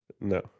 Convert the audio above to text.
no